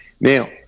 Now